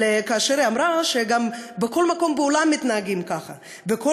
היא אמרה שבכל מקום בעולם מתנהגים ככה וכל